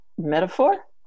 metaphor